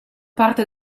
parte